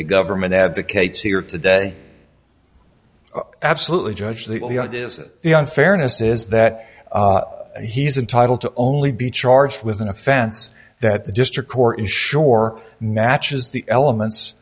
the government advocates here today absolutely judge the young fairness is that he's entitled to only be charged with an offense that the district court in shore matches the elements